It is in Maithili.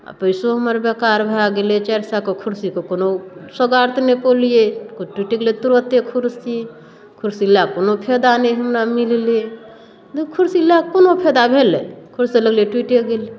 आओर पैसो हमर बेकार भए गेलै चारि सएके कुर्सी के कोनो सोगार्त नहि पौलियै टूटि गेलै तुरत्ते कुर्सी कुर्सी लए कऽ कोनो फायदा नहि हमरा मिललै देख कुर्सी लए कऽ कोनो फायदा भेलै कुर्सी लगलै टूटि गेलै